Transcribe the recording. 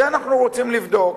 את זה אנחנו רוצים לבדוק,